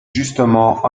justement